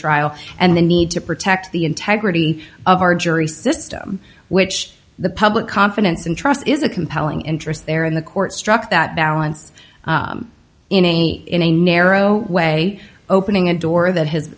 trial and the need to protect the integrity of our jury system which the public confidence and trust is a compelling interest there and the court struck that balance in a in a narrow way opening a door that has